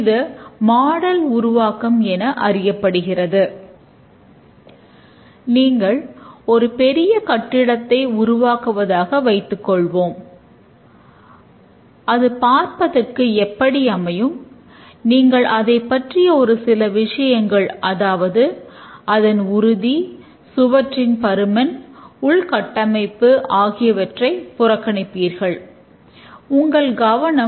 இந்த மாடலில் இந்தக் குறியீடுகளை இணைக்க சில தொகுப்பான விதிமுறைகள் உள்ளன